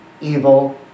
evil